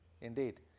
Indeed